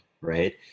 right